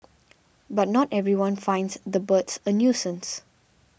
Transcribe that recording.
but not everyone finds the birds a nuisance